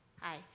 Hi